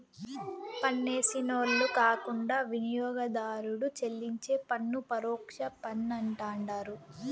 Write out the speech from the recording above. పన్నేసినోళ్లు కాకుండా వినియోగదారుడు చెల్లించే పన్ను పరోక్ష పన్నంటండారు